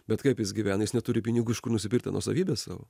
bet kaip jis gyvena jis neturi pinigų iš kur nusipirkti nuosavybę savo